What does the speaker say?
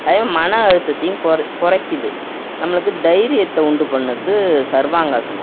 அது மன அழுத்தத்தையும் குறை குறைக்கிது நம்மளுக்கு தைரியத்தை உண்டு பண்ணுது சர்வாங்காசனம்